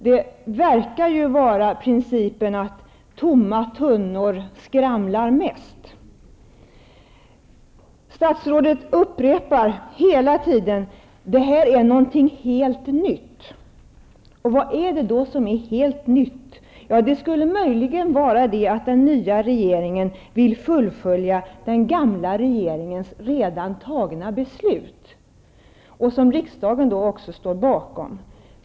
Det verkar vara principen att tomma tunnor skramlar mest. Statsrådet upprepar hela tiden att det är fråga om något helt nytt. Vad är det som är helt nytt? Det skulle möjligen vara att den nya regeringen vill fullfölja beslut redan tagna av den gamla regeringen och som riksdagen står bakom.